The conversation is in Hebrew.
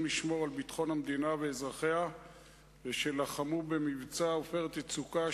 לשמור על ביטחון המדינה ואזרחיה ושלחמו במבצע "עופרת יצוקה",